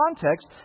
context